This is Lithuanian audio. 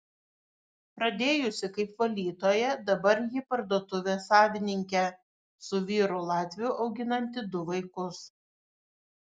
pradėjusi kaip valytoja dabar ji parduotuvės savininkė su vyru latviu auginanti du vaikus